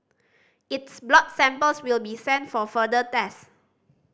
its blood samples will be sent for further test